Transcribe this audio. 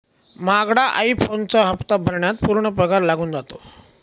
महागडा आई फोनचा हप्ता भरण्यात पूर्ण पगार लागून जातो